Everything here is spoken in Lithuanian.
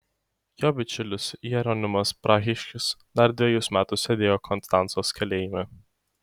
jo bičiulis jeronimas prahiškis dar dvejus metus sėdėjo konstancos kalėjime